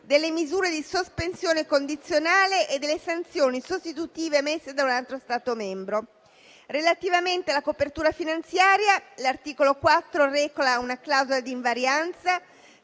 delle misure di sospensione condizionale e delle sanzioni sostitutive emesse da un altro Stato membro. Relativamente alla copertura finanziaria, l'articolo 4 reca una clausola di invarianza,